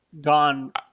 gone